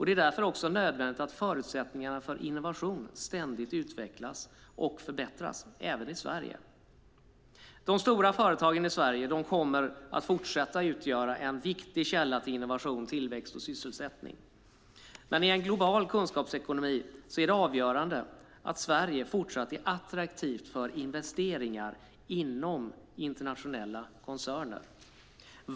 Det är därför också nödvändigt att förutsättningarna för innovation ständigt utvecklas och förbättras - även i Sverige. De stora företagen i Sverige kommer att fortsätta att utgöra en viktig källa till innovation, tillväxt och sysselsättning. Men i en global kunskapsekonomi är det avgörande att Sverige även i fortsättningen är attraktivt för investeringar inom internationella koncerner.